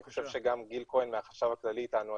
אני חושב שגם גיל כהן מהחשב הכללי איתנו,